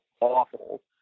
awful